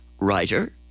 writer